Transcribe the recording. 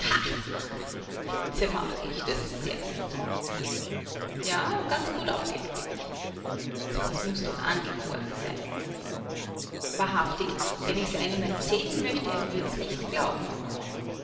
witze mach ich das ist sehr gut ja ganz gut aufgelegt bin ich so was muß doch angeboren sein wahrhaftig wenn ich's einem erzählen möcht er würd es nicht glauben